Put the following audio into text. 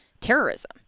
terrorism